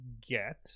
get